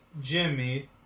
Jimmy